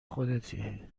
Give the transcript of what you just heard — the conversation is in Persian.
خودتی